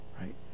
Right